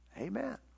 amen